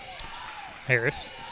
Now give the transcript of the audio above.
Harris